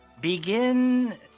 Begin